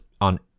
on